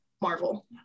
Marvel